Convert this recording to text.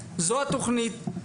זו התוכנית,